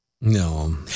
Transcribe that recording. No